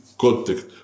contact